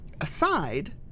aside